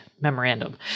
memorandum